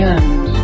end